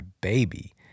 baby